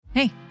hey